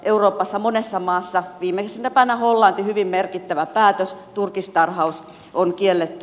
euroopassa monessa maassa viimeisimpänä hollanti hyvin merkittävä päätös turkistarhaus on kielletty